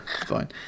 Fine